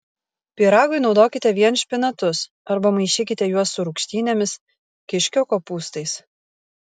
pyragui naudokite vien špinatus arba maišykite juos su rūgštynėmis kiškio kopūstais